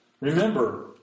Remember